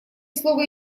слово